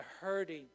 hurting